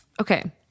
Okay